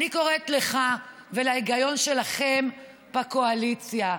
אני קוראת לך ולהיגיון שלכם בקואליציה.